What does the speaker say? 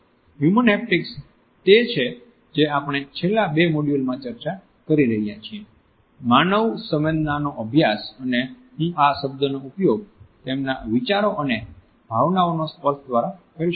human haptics તે છે જે આપણે છેલ્લા બે મોડ્યુલમાં ચર્ચા કરી રહ્યા છીએ માનવ સંવેદનાનો અભ્યાસ અને હું આ શબ્દનો ઉપયોગ તેમના વિચારો અને ભાવનાઓના સ્પર્શ દ્વારા કરી શકું છું